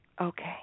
Okay